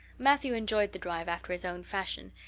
matthew enjoyed the drive after his own fashion,